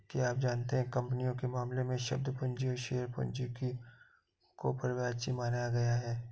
क्या आप जानते है कंपनियों के मामले में, शब्द पूंजी और शेयर पूंजी को पर्यायवाची माना गया है?